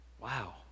Wow